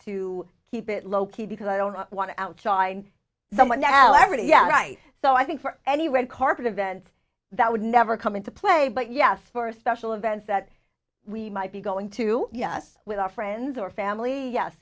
to keep it low key because i don't want to outshine someone now every yeah right so i think for any red carpet event that would never come into play but yes for special events that we might be going to yes with our friends or family yes